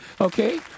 Okay